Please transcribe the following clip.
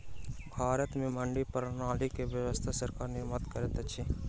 भारत में मंडी प्रणाली के व्यवस्था सरकार निर्माण करैत अछि